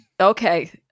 Okay